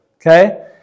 Okay